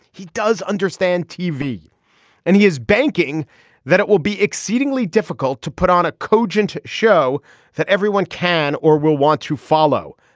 he does understand tv and he is banking that it will be exceedingly difficult to put on a cogent show that everyone can or will want to follow.